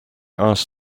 asked